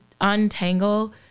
untangle